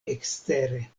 ekstere